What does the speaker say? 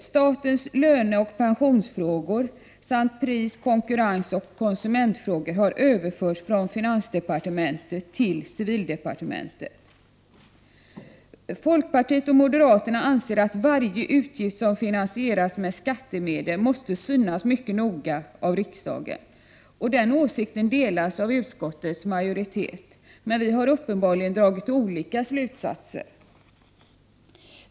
Statens löneoch pensionsfrågor samt pris-, konkurrensoch konsumentfrågor har överförts från finansdepartementet till civildepartementet. Folkpartiet och moderaterna anser att varje utgift som finansieras med skattemedel måste synas mycket noga av riksdagen. Den åsikten delas av utskottets majoritet, men vi har uppenbarligen dragit olika slutsatser.